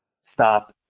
stop